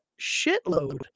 shitload